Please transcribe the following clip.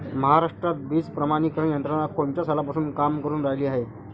महाराष्ट्रात बीज प्रमानीकरण यंत्रना कोनच्या सालापासून काम करुन रायली हाये?